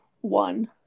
one